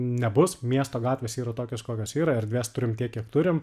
nebus miesto gatvės yra tokios kokios yra erdvės turim tiek kiek turim